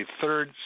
third